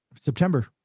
September